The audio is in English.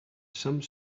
some